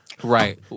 Right